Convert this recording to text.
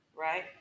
right